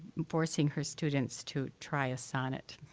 forcing her students to try a sonnet.